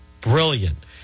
brilliant